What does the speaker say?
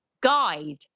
guide